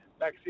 backseat